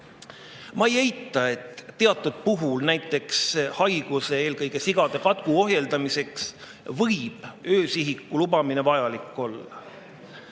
Ma ei eita, et teatud puhul, näiteks mõne haiguse, eelkõige sigade katku ohjeldamiseks võib öösihiku lubamine vajalik olla.